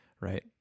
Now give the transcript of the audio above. right